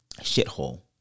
Shithole